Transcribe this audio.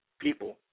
People